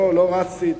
לא רצתי.